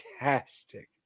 fantastic